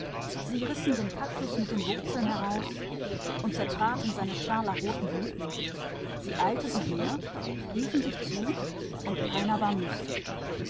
sie rissen den kaktus an seinen wurzeln heraus und zertraten die scharlachnen blüten sie eilten umher und riefen einander zu und niemand war müßig